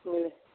جی